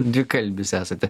dvikalbis esate